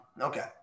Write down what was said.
okay